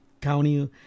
county